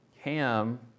Ham